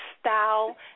style